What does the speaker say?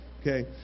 okay